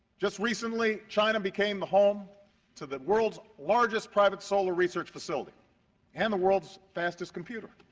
just recently, china became the home to the world's largest private solar research facility and the world's fastest computer.